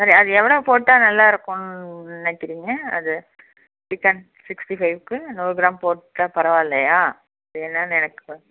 சரி அது எவ்வளவு போட்டா நல்லா இருக்கும் நினைக்கிறிங்க அது சிக்கன் சிக்ஸ்டி ஃபைவுக்கு நூறு கிராம் போட்டா பரவாயில்லையா அது என்னான்னு எனக்கு